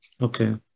Okay